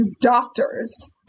doctors